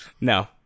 No